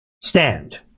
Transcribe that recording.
stand